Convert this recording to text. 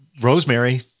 Rosemary